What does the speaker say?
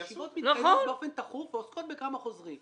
הישיבות מתקיימות באופן תכוף ועוסקות בכמה חוזרים.